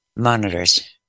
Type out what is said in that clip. monitors